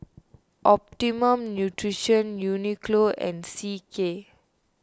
Optimum Nutrition Uniqlo and C K